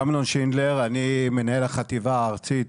אמנון שינדלר מההסתדרות, אני מנהל החטיבה הארצית